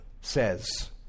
says